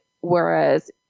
whereas